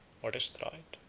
or destroyed.